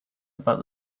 about